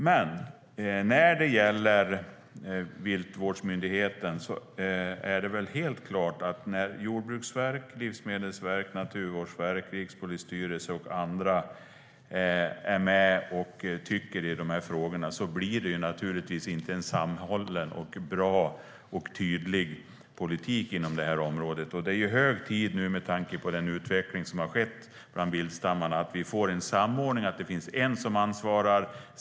Men när jordbruksverk, livsmedelsverk, naturvårdsverk, rikspolisstyrelse och andra är med och har åsikter i dessa frågor blir det naturligtvis inte en sammanhållen, bra och tydlig politik på det här området. Med tanke på den utveckling som har skett bland viltstammarna är det hög tid att det blir en samordning. Det ska vara en myndighet som ansvarar.